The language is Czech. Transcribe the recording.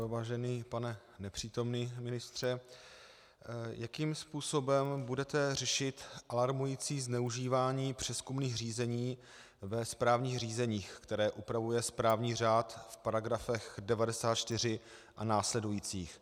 Vážený pane nepřítomný ministře, jakým způsobem budete řešit alarmující zneužívání přezkumných řízení ve správních řízeních, které upravuje správní řád v § 94 a následujících?